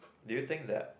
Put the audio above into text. do you think that